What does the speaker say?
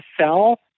sell